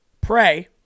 Pray